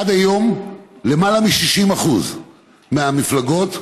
עד היום למעלה מ-60% מהמפלגות,